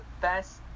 best